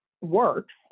works